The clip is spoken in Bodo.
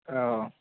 औ